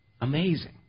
amazing